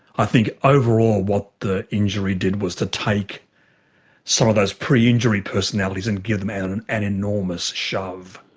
i think overall what the injury did was to take some of those preinjury personalities and give them an and and and enormous shove.